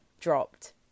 dropped